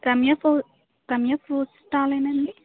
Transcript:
రమ్య ఫ్రూ Ramya fruit stall ఏనాండి